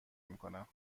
میکنم